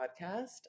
podcast